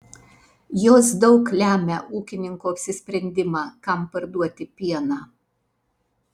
jos daug lemia ūkininko apsisprendimą kam parduoti pieną